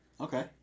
Okay